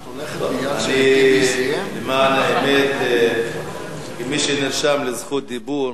למען האמת, כמי שנרשם לדיבור,